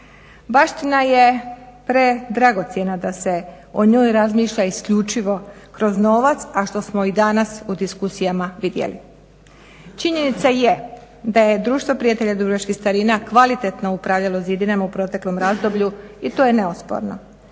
Baština je predragocjena da se o njoj razmišlja isključivo kroz novac, a što smo i danas u diskusijama vidjeli. Činjenica je da je Društvo prijatelja dubrovačkih starina kvalitetno upravljalo zidinama u proteklom razdoblju i to je neosporno.